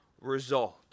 result